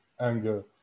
anger